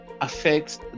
affects